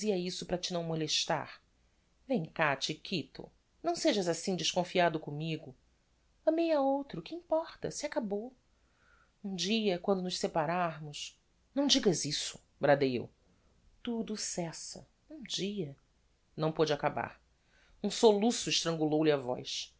isso para te não molestar vem cá chiquito não sejas assim desconfiado commigo amei a outro que importa se acabou um dia quando nos separarmos não digas isso bradei eu tudo cessa um dia não pôde acabar um soluço estrangulou lhe a voz